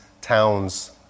towns